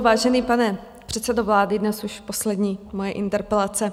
Vážený pane předsedo vlády, dnes už poslední moje interpelace.